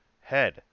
head